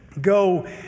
go